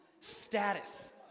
status